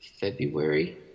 February